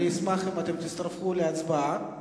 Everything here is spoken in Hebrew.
אני אשמח אם תצטרפו להצבעה.